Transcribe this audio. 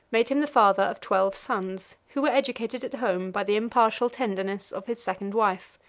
made him the father of twelve sons, who were educated at home by the impartial tenderness of his second wife.